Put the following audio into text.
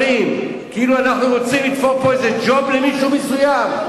כאילו אנחנו רוצים לתפור פה איזה ג'וב למישהו מסוים,